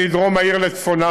מדרום העיר לצפונה,